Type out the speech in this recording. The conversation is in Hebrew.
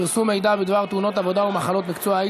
פרסום מידע בדבר תאונות עבודה ומחלות מקצוע),